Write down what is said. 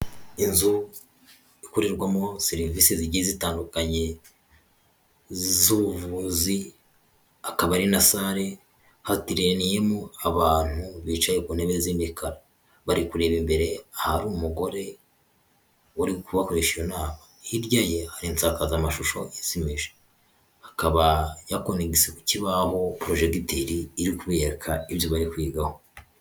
Inzu ikorerwamo serivisi zigize zitandukanye z'ubuvuzi. Akaba ari na salle, hateraniyemo abantu bicaye ku ntebe z'imikara. Bari kureba imbere ahari umugore uri kubakoresha iyo nama. Hirya ye hari isakamashusho izimije. Akaba yakonegise ku kibahu porojegiteri iri kubereka ibyo bari kwigaho.